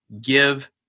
Give